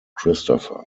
christopher